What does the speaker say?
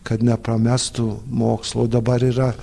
kad nepramestų mokslo o dabar yra